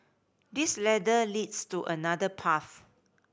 this ladder leads to another path